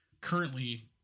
currently